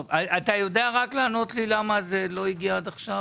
אתה יודע רק לענות לי למה זה לא הגיע עד עכשיו,